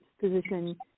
position